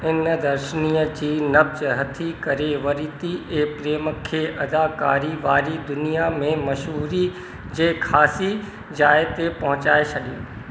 इन दर्शनीअ जी नब्ज़ हथि करे वरिती ऐं प्रेम खे अदाकारीअ वारी दुनिया में मशहूरीअ जे ख़ासि जाइ ते पहुचाइ छॾियो